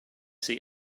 see